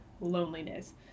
loneliness